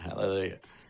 Hallelujah